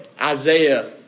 Isaiah